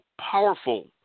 powerful